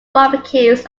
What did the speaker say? barbecues